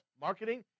Marketing